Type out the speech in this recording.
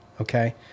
okay